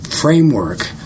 framework